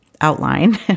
outline